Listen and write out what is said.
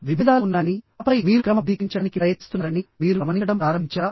విభేదాలు ఉన్నాయని ఆపై మీరు క్రమబద్ధీకరించడానికి ప్రయత్నిస్తున్నారని మీరు గమనించడం ప్రారంభించారా